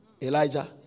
Elijah